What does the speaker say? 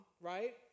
right